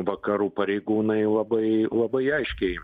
vakarų pareigūnai labai labai aiškiai